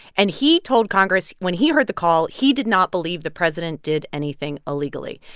and he told congress when he heard the call, he did not believe the president did anything illegally.